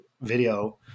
video